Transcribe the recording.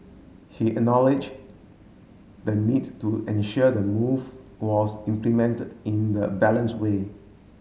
he acknowledge the need to ensure the move was implemented in the balance way